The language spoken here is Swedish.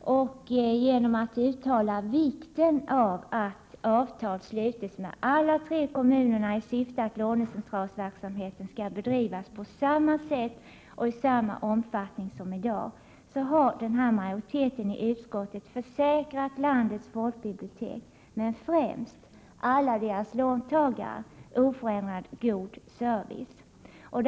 Genom att uttala vikten av att avtal sluts med alla tre kommunerna i syfte att lånecentralsverksamheten skall bedrivas på samma sätt och i samma omfattning som i dag har en majoritet i utskottet tillförsäkrat landets folkbibliotek — men främst alla deras låntagare — oförändrat god service.